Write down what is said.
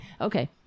Okay